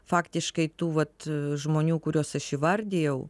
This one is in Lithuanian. faktiškai tų vat žmonių kuriuos aš įvardijau